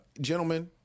gentlemen